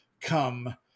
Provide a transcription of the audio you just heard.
come